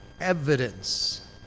evidence